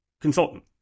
consultant